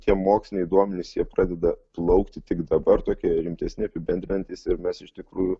tie moksliniai duomenys jie pradeda plaukti tik dabar tokie rimtesni apibendrinantys ir mes iš tikrųjų